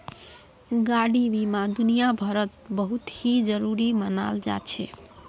गाडी बीमा दुनियाभरत बहुत ही जरूरी मनाल जा छे